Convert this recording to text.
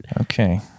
Okay